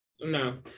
No